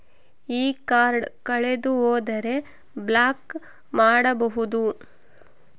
ಈ ಕಾರ್ಡ್ ಕಳೆದು ಹೋದರೆ ಬ್ಲಾಕ್ ಮಾಡಬಹುದು?